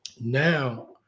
now